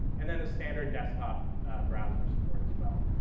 and then the standard desktop browser support as well.